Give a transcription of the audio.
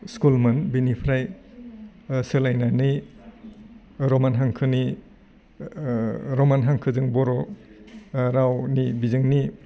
स्कुलमोन बेनिफ्राय सोलायनानै रमान हांखोनि ओह रमान हांखोजों बर' ओह रावनि बिजोंनि